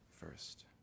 first